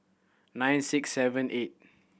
nine six seven eight